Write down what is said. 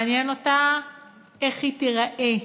מעניין אותה איך היא תיראה.